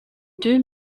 deux